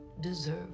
deserve